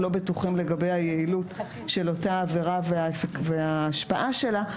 בטוחים לגבי היעילות של אותה עבירה וההשפעה שלה.